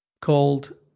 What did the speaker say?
called